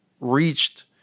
reached